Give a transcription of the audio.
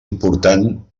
important